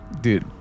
Dude